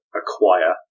acquire